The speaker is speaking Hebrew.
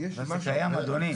אדוני,